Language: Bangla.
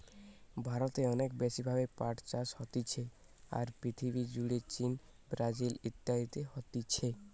ভারতে অনেক বেশি ভাবে পাট চাষ হতিছে, আর পৃথিবী জুড়ে চীন, ব্রাজিল ইত্যাদিতে হতিছে